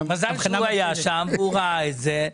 מזל שהוא היה שם והוא ראה את זה.